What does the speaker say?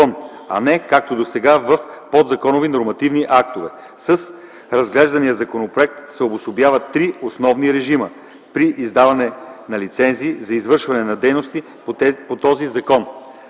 а не както досега – в подзаконови нормативни актове. С разглеждания законопроект се обособяват три основни режима при издаване на лицензии за извършване на дейности по този закон: